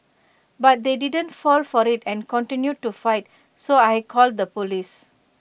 but they didn't fall for IT and continued to fight so I called the Police